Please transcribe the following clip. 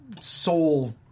soul